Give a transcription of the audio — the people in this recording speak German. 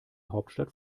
hauptstadt